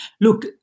look